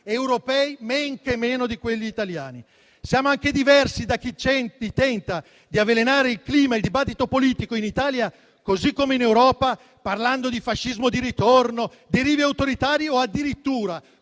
europei, men che meno di quelli italiani. Siamo anche diversi da chi tenta di avvelenare il clima e il dibattito politico in Italia, come in Europa, parlando di fascismo di ritorno, derive autoritarie o addirittura